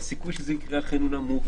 הסיכוי שזה יקרה הוא אכן נמוך,